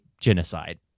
genocide